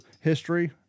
history